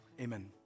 Amen